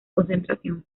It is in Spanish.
concentración